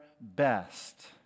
best